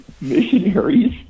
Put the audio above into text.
Missionaries